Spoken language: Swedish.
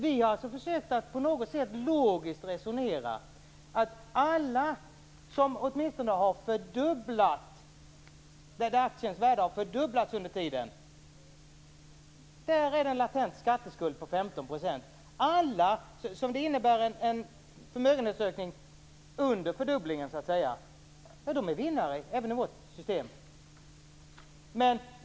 Vi har alltså försökt att på något sätt resonera logiskt. I alla fall där värdet på aktien åtminstone fördubblats under tiden, där är det en latent skatteskuld på 15 %. Alla som får en förmögenhetsökning som så att säga ligger under fördubblingen är vinnare även i vårt system.